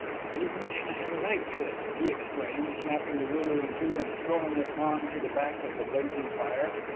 if it is mine i have a right to it, he exclaimed, snapping the ruler in two and throwing it on to the back of the blazing fire.